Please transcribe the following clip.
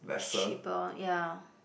cheaper ya